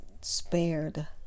spared